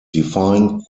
defined